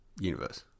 universe